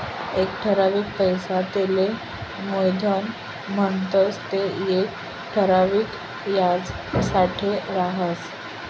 एक ठरावीक पैसा तेले मुयधन म्हणतंस ते येक ठराविक याजसाठे राहस